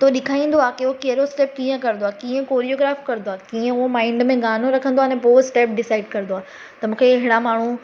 त हू ॾिखारींदो आहे की उहो कहिड़ो स्टेप कीअं कंदो आहे कीअं कोरियोग्राफ़ कंदो आहे कीअं उहो माइंड में गानो रखंदो अने पोइ स्टेप डिसाइड कंदो आहे त मूंखे अहिड़ा माण्हू